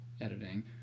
editing